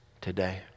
today